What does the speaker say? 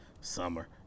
summer